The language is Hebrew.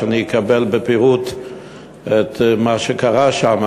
שאני אקבל בפירוט את מה שקרה שמה.